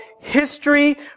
history